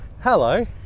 Hello